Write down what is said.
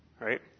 Right